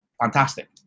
fantastic